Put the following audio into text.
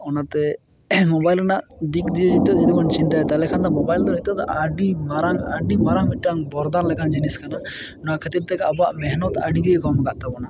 ᱚᱱᱟᱛᱮ ᱢᱚᱵᱟᱭᱤᱞ ᱨᱮᱱᱟᱜ ᱫᱤᱠ ᱫᱤᱭᱮ ᱱᱤᱛᱚᱜ ᱡᱩᱫᱤᱵᱚᱱ ᱪᱤᱱᱛᱟᱹᱭᱟ ᱛᱟᱦᱚᱞᱮ ᱠᱷᱟᱱ ᱢᱚᱵᱟᱭᱤᱞ ᱫᱚ ᱱᱤᱛᱚᱜ ᱫᱚ ᱟᱹᱰᱤ ᱢᱟᱨᱟᱝ ᱟᱹᱰᱤ ᱢᱟᱨᱟᱝ ᱢᱤᱫᱴᱟᱝ ᱵᱚᱨᱫᱟᱱ ᱞᱮᱠᱟᱱ ᱡᱤᱱᱤᱥ ᱠᱟᱱᱟ ᱱᱚᱣᱟ ᱠᱷᱟᱹᱛᱤᱨ ᱛᱮᱜᱮ ᱟᱵᱚᱣᱟᱜ ᱢᱮᱦᱱᱚᱛ ᱟᱹᱰᱤᱜᱮ ᱠᱚᱢ ᱟᱠᱟᱫ ᱛᱟᱵᱚᱱᱟ